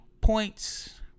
points